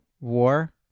War